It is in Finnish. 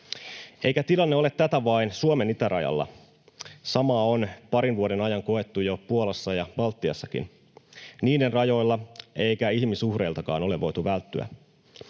Eikä tilanne ole tätä vain Suomen itärajalla. Samaa on parin vuoden ajan koettu jo Puolan ja Baltiankin rajoilla, eikä ihmisuhreiltakaan ole voitu välttyä.